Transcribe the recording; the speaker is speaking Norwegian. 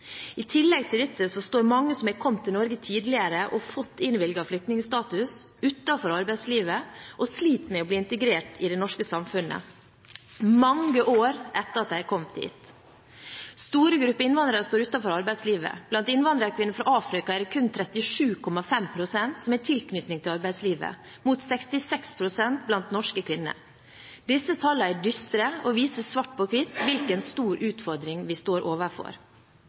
I tillegg til dette står mange som har kommet til Norge tidligere og fått innvilget flyktningstatus, utenfor arbeidslivet og sliter med å bli integrert i det norske samfunnet, mange år etter at de har kommet hit. Store grupper innvandrere står utenfor arbeidslivet. Blant innvandrerkvinner fra Afrika er det kun 37,5 pst. som har tilknytning til arbeidslivet, mot 66 pst. blant norske kvinner. Disse tallene er dystre og viser svart på hvitt hvilken stor utfordring vi står overfor.